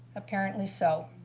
apparently so.